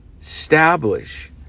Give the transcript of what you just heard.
establish